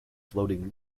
floating